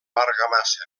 argamassa